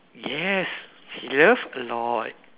yes she love a lot